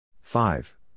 Five